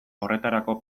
horretarako